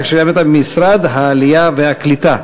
כך שייקרא מעתה: משרד העלייה והקליטה.